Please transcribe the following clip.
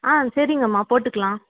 ஆ சரிங்கம்மா போட்டுக்கலாம்